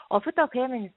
o fitocheminis